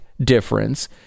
difference